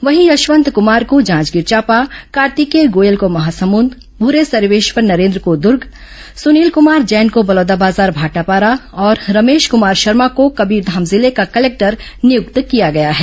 वहीं यशवंत कमार को जांजगीर चांपा कार्तिकेय गोयल को महासमंद भरे सर्वेश्वर नरेन्द्र को दर्ग सनील कमार जैन को बलौदाबाजार भाटापारा और रमेश कमार शर्मा को कबीरधाम जिले का कलेक्टर नियुक्त किया गया है